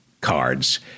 cards